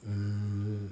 mm